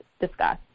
discuss